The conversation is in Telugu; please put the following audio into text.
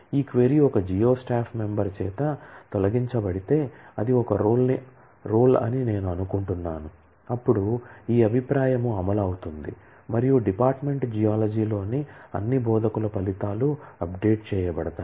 ఈ క్వరీ ఒక జియో స్టాఫ్ మెంబర్ చేత తొలగించబడితే అది ఒక రోల్ అని నేను అనుకుంటున్నాను అప్పుడు ఈ అభిప్రాయం అమలు అవుతుంది మరియు డిపార్ట్మెంట్ జియాలజీలోని అన్ని బోధకుల ఫలితాలు అప్డేట్ చేయబడతాయి